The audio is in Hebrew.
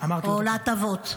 או להטבות.